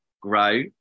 grow